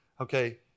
okay